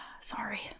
Sorry